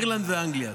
אירלנד ואנגליה.